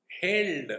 held